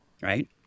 right